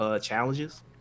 challenges